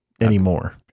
anymore